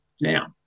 now